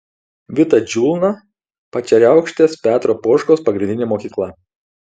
vita džiulna pačeriaukštės petro poškaus pagrindinė mokykla